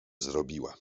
zrobiła